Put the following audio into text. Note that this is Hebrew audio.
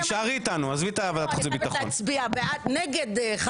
תישארי איתנו עזבי את ועדת חוץ וביטחון.